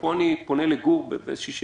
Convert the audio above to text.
פה אני פונה אל גור בשאלה.